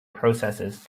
processes